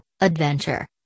Adventure